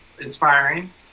inspiring